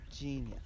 Genius